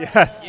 Yes